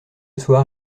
soir